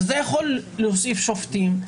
אתה יכול להוסיף שופטים.